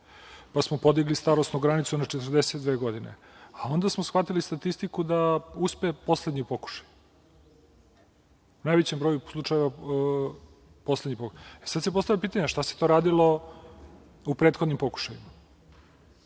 pa smo podigli starosnu granicu na 42 godine, a onda smo shvatili statistiku da uspe poslednji pokušaj, u najvećem broju slučajeva. Sada se postavlja pitanje – šta se to radilo u prethodnim pokušajima?